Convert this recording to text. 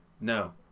No